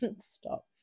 Stop